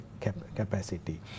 capacity